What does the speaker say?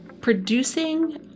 producing